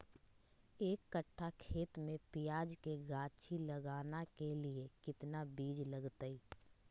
एक कट्ठा खेत में प्याज के गाछी लगाना के लिए कितना बिज लगतय?